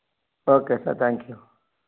okay sir thank you